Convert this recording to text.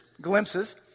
glimpses